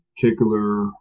particular